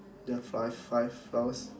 there are five five flowers